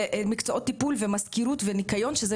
ומקצועות טיפול ומזכירות וניקיון שזה